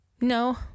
No